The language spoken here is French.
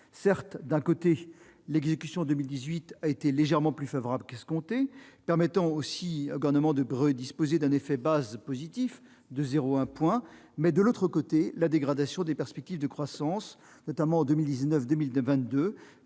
Certes, d'un côté, l'exécution 2018 a été légèrement plus favorable qu'escompté, permettant ainsi au Gouvernement de disposer d'un « effet base » positif de 0,1 point. Mais, de l'autre côté, la dégradation des perspectives de croissance de 2019 à 2022